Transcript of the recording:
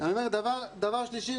דבר שלישי,